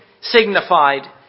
signified